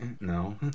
No